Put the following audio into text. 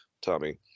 Tommy